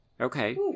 Okay